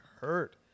hurt